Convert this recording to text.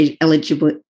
eligible